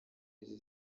izi